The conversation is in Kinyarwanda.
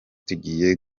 tugiye